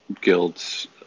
guilds